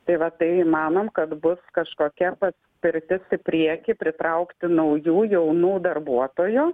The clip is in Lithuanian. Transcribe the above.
tai va tai manom kad bus kažkokia paspirtis į priekį pritraukti naujų jaunų darbuotojų